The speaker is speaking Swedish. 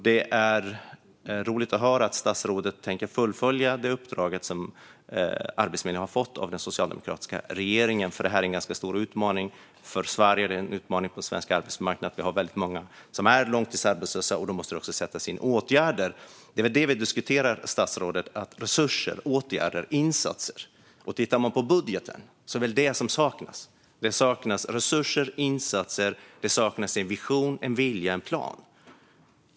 Det är roligt att höra att statsrådet tänker fullfölja det uppdrag som Arbetsförmedlingen har fått av den socialdemokratiska regeringen, för det här är en ganska stor utmaning för Sverige. Det är en utmaning på svensk arbetsmarknad att vi har väldigt många som är långtidsarbetslösa, och då måste det också sättas in åtgärder. Det är väl det vi diskuterar, statsrådet - resurser, åtgärder och insatser. Tittar man i budgeten ser man att det saknas resurser och insatser. Det saknas en vision, en vilja, en plan.